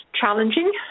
challenging